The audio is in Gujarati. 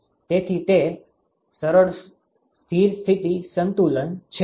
તેથી તે સરળ સ્થિર સ્થિતિ સંતુલન છે